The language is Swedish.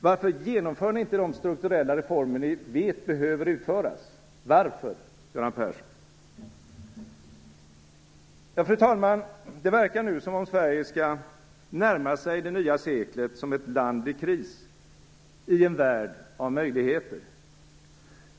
Varför genomför ni inte de strukturella reformer ni själva säger är nödvändiga? Varför, Göran Persson? Fru talman! Det verkar nu som om Sverige skall närma sig det nya seklet som ett land i kris i en värld av möjligheter.